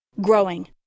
growing